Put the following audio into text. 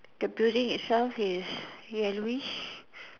the building itself is yellowish